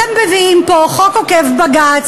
אתם מביאים פה חוק עוקף-בג"ץ,